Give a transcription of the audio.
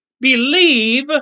Believe